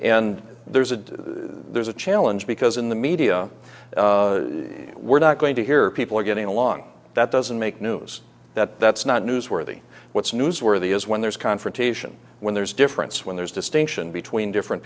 and there's a there's a challenge because in the media we're not going to hear people getting along that doesn't make news that that's not newsworthy what's newsworthy is when there's confrontation when there's difference when there's distinction between different